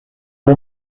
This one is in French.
bon